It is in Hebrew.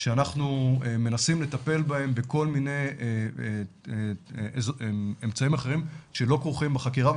שאנחנו מנסים לטפל בהן בכל מיני אמצעים אחרים שלא כרוכים בחקירה,